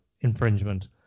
infringement